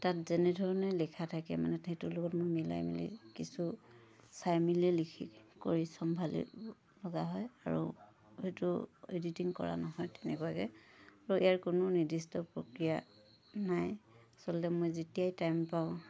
তাত যেনেধৰণে লিখা থাকে মানে মোৰ সেইটোৰ লগত মিলাই মিলি কিছু চাই মেলিয়ে লিখি কৰি চম্ভালিব লগা হয় আৰু সেইটো এডিটিং কৰা নহয় তেনেকুৱাকৈ আৰু ইয়াৰ কোনো নিৰ্দিষ্ট প্ৰক্ৰিয়া নাই আচলতে মই যেতিয়াই টাইম পাওঁ